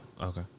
okay